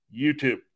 YouTube